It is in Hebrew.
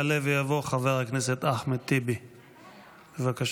יעלה ויבוא חבר הכנסת אחמד טיבי, בבקשה.